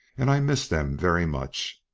and i missed them very much.